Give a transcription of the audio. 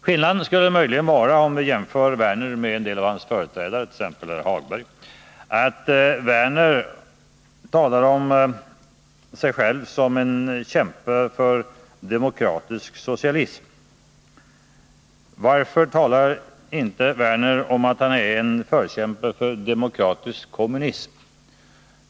Skillnaden skulle möjligen vara, om vi jämför Lars Werner med t.ex. Hilding Hagberg, att Lars Werner talar om sig själv som en förkämpe för demokratisk socialism. Varför talar inte Lars Werner om att han är en förkämpe för demokratisk kommunism?